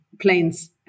planes